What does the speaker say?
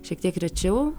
šiek tiek rečiau